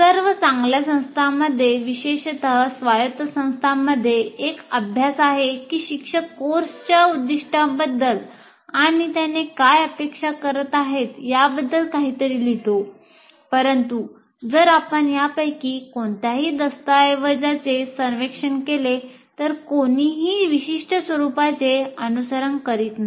सर्व चांगल्या संस्थांमध्ये विशेषत स्वायत्त संस्थांमध्ये एक अभ्यास आहे की शिक्षक कोर्सच्या उद्दीष्टांबद्दल आणि त्याने काय अपेक्षा करत आहे याबद्दल काहीतरी लिहितो परंतु जर आपण यापैकी कोणत्याही दस्तऐवजाचे सर्वेक्षण केले तर कोणीही विशिष्ट स्वरुपाचे अनुसरण करीत नाही